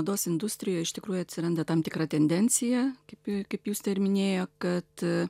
mados industrijoj iš tikrųjų atsiranda tam tikra tendencija kaip kaip justė ir minėjo kad